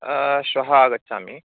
श्वः आगच्छामि